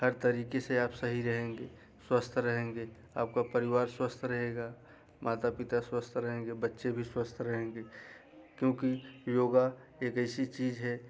हर तरीके से आप सही रहेंगे स्वस्थ रहेंगे आपका परिवार स्वस्थ रहेगा माता पिता स्वस्थ रहेंगे बच्चे भी स्वस्थ रहेंगे क्योंकि योग एक एसी चीज है